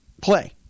play